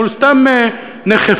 הוא סתם "נכה-פוב",